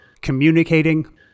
communicating